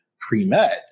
pre-med